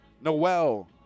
Noel